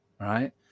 right